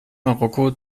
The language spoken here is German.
marokko